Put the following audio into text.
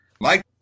mike